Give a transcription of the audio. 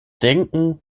denken